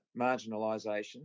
marginalisation